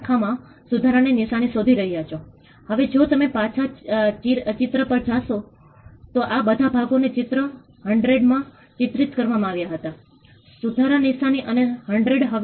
અમે કોઈની ભાગીદારી શોધી રહ્યા છીએ અને અમે તેમની ભાગીદારીને અન્ય દ્રષ્ટિકોણથી અન્ય શરતોમાં નિર્ધારિત કરી રહ્યાં છીએ